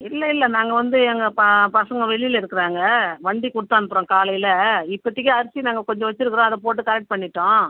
இல்லேல்ல நாங்கள் வந்து எங்கள் ப பசங்க வெளியில இருக்குறாங்க வண்டி கொடுத்தனுப்புறேன் காலையில் இப்போதிக்கு அரிசி நாங்கள் கொஞ்சம் வச்சுருக்குறோம் அதை போட்டு கரெக்ட் பண்ணிட்டோம்